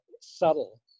subtle